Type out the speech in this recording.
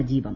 സജീവം